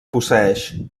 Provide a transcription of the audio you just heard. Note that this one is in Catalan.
posseeix